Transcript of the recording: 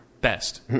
Best